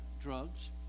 drugs